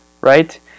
right